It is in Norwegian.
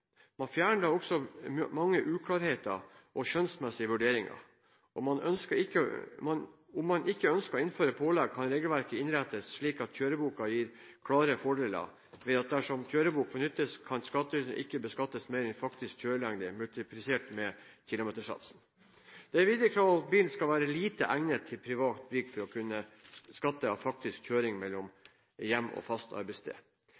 Man ville da også få fjernet mange uklarheter og skjønnsmessige vurderinger. Om man ikke ønsker å innføre pålegg, kan regelverket innrettes slik at kjøreboka gir klare fordeler ved at dersom kjørebok benyttes, kan skattyteren ikke beskattes for mer enn faktisk kjørelengde multiplisert med kilometersatsen. Det er videre krav om at bilen skal være lite egnet til privat bruk for å kunne skatte av faktisk kjøring mellom hjem og fast arbeidssted.